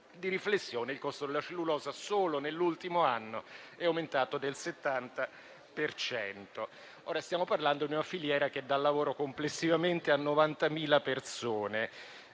il costo della cellulosa è aumentato del 70 per cento. Stiamo parlando di una filiera che dà lavoro complessivamente a 90.000 persone.